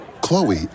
Chloe